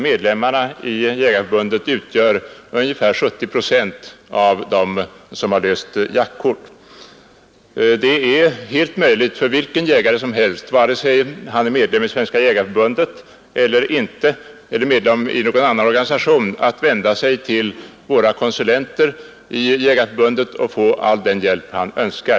Medlemmarna i Jägareförbundet utgör ungefär 70 procent av dem som har löst jaktkort. Det är helt möjligt för vilken jägare som helst, vare sig han är medlem i Svenska jägareförbundet eller i någon annan organisation, att vända sig till våra konsulenter i Jägareförbundet och få den hjälp han önskar.